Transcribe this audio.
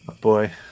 Boy